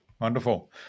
Wonderful